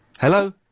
Hello